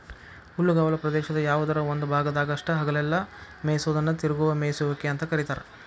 ಹುಲ್ಲುಗಾವಲ ಪ್ರದೇಶದ ಯಾವದರ ಒಂದ ಭಾಗದಾಗಷ್ಟ ಹಗಲೆಲ್ಲ ಮೇಯಿಸೋದನ್ನ ತಿರುಗುವ ಮೇಯಿಸುವಿಕೆ ಅಂತ ಕರೇತಾರ